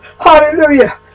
hallelujah